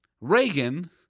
Reagan